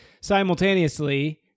Simultaneously